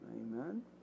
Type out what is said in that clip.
Amen